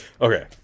Okay